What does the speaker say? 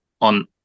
on